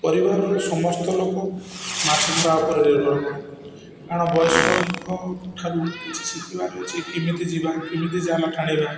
ପରିବାରର ସମସ୍ତ ଲୋକ ମାଛ ଧରା ଉପରେ ନିର୍ଭର କରନ୍ତି କାରଣ ବୟସ୍କଙ୍କ ଠାରୁ କିଛି ଶିଖିବାର ଅଛି କେମିତି ଯିବା କେମିତି ଜାଲ ଟାଣିବା